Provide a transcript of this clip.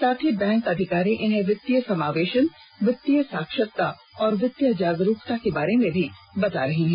साथ ही बैंक अधिकारी इन्हें वित्तीय समावेशन वित्तीय साक्षरता और वित्तीय जागरूकता के बारे में भी बता रहे हैं